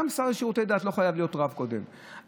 וגם השר לשירות הדת לא חייב להיות קודם רב.